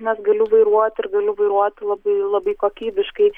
nes galiu vairuoti ir galiu vairuoti labai labai kokybiškai